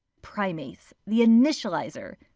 primase the initializer.